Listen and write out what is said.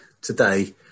today